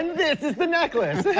this is the necklace.